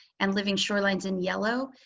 and living shorelines in yellow.